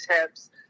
tips